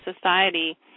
society